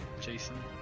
Jason